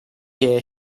year